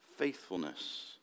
Faithfulness